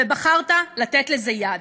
ובחרת לתת לזה יד.